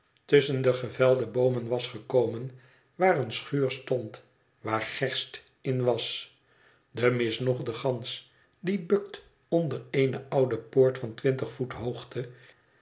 tusschen de gevelde boomen was gekomen waar eene schuur stond waar gerst in was de misnoegde gans die bukt onder eene oude poort van